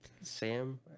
Sam